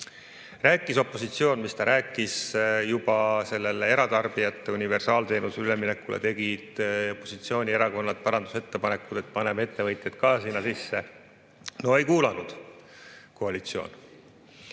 Rääkis opositsioon, mis ta rääkis, juba selle eratarbijate universaalteenusele ülemineku kohta tegid opositsioonierakonnad parandusettepaneku, et paneme ettevõtjad ka sinna sisse. No ei kuulanud koalitsioon.